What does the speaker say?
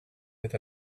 with